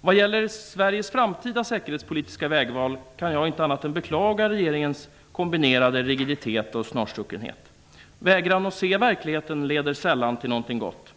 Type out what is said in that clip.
När det gäller Sveriges framtida säkerhetspolitiska vägval kan jag inte annat än beklaga regeringens kombinerade rigiditet och snarstuckenhet. Vägran att se verkligheten leder sällan till något gott.